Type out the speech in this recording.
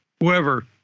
whoever